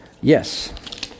Yes